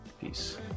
peace